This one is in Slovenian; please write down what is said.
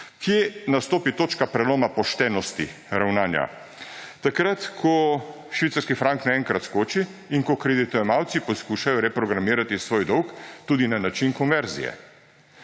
Kje nastopi točka preloma poštenosti ravnanja? Takrat, ko švicarski frank naenkrat skoči in ko kreditojemalci poskušajo reprogramirati svoj dolg tudi na način konverzije.